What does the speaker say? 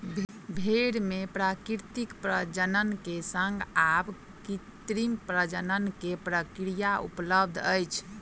भेड़ मे प्राकृतिक प्रजनन के संग आब कृत्रिम प्रजनन के प्रक्रिया उपलब्ध अछि